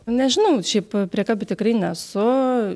nežinau šiaip priekabi tikrai nesu